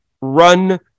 run